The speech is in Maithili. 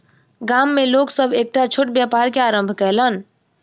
गाम में लोक सभ एकटा छोट व्यापार के आरम्भ कयलैन